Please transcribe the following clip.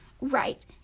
Right